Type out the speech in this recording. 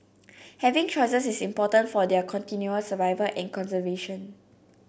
having choices is important for their continual survival and conservation